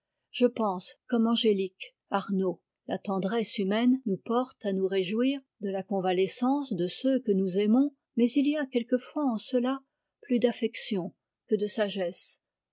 je pense comme angélique arnauld la tendresse humaine nous porte à nous réjouir de la convalescence de ceux que nous aimons mais il y a quelquefois en cela plus d'affection que de sagesse